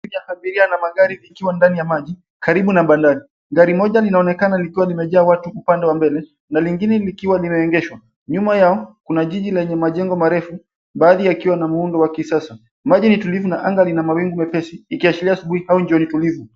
...Abiria na magari vikiwa ndani ya maji karibu na bandari. Gari moja linaonekana likiwa limejaa watu upande wa mbele na lingine likiwa limeengeshwa. Nyuma yao kuna jiji lenye majengo marefu, baadhi yakiwa na muundo wa kisasa. Maji ni tulivu na anga lina mawingu mepesi ikiaashiria asubuhi au jioni tulivu.